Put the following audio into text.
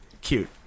Cute